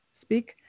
speak